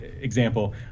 example